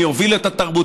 אני אוביל את התרבות,